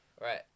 Right